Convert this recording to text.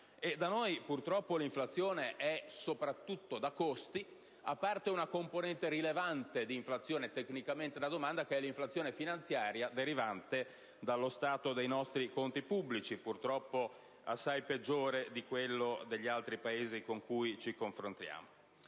Da noi, purtroppo, l'inflazione è soprattutto da costi, a parte una componente rilevante dell'inflazione da domanda, cioè quella finanziaria derivante dallo stato dei nostri conti pubblici, purtroppo assai peggiore rispetto a quella degli altri Paesi con cui ci confrontiamo.